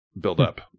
buildup